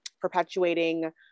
perpetuating